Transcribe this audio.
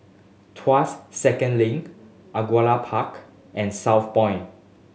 Tuas Second Link Angullia Park and Southpoint